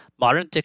Modern